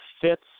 fits